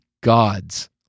God's